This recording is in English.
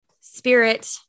spirit